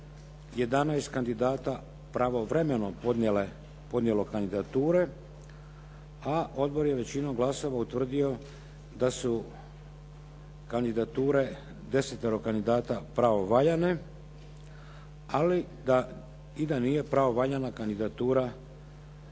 11 kandidata pravovremeno podnijelo kandidature a odbor je većinom glasova utvrdio da su kandidature desetero kandidata pravovaljane ali i da nije pravovaljana kandidatura